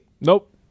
Nope